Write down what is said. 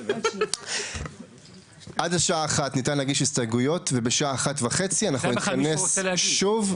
השעה 13:00 ניתן להגיש הסתייגויות ובשעה 13:30 אנחנו נתכנס שוב.